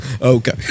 Okay